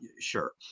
Sure